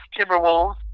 timberwolves